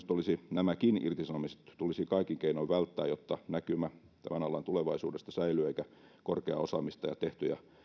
nämäkin irtisanomiset tulisi kaikin keinoin välttää jotta näkymä tämän alan tulevaisuudesta säilyy eikä korkeaa osaamista ja tehtyjä